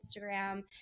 Instagram